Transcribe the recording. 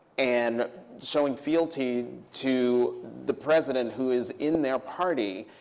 and showing fealty to the president who is in their party?